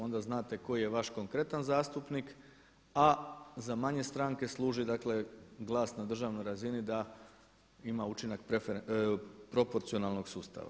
Onda znate koji je vaš konkretan zastupnik, a za manje stranke služi dakle glas na državnoj razini da ima učinak proporcionalnog sustava.